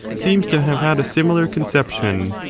seems to have had a similar conception.